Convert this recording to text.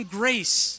grace